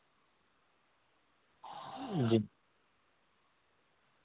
جی